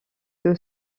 que